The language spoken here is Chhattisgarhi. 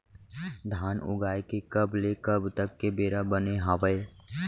धान उगाए के कब ले कब तक के बेरा बने हावय?